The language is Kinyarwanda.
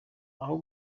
aho